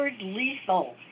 lethal